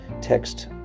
text